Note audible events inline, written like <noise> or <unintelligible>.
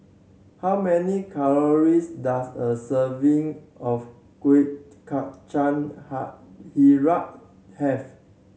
how many calories does a serving of Kueh Kacang ha <unintelligible> have